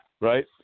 Right